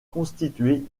constituée